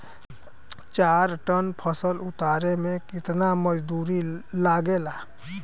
चार टन फसल उतारे में कितना मजदूरी लागेला?